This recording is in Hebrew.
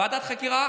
ועדת חקירה?